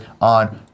on